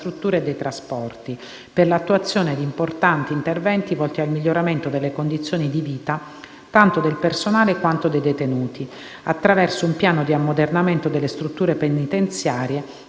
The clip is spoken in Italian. e dei trasporti, per l'attuazione di importanti interventi volti al miglioramento delle condizioni di vita, tanto del personale quanto dei detenuti, attraverso un piano di ammodernamento delle strutture penitenziarie